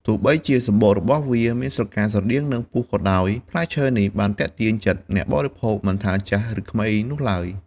ទោះបីជាសម្បករបស់វាមានស្រកាស្រដៀងនឹងពស់ក៏ដោយ ផ្លែឈើនេះបានទាក់ទាញចិត្តអ្នកបរិភោគមិនថាចាស់ឬក្មេងនោះឡើយ។